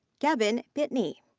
kevin pitney.